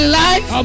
life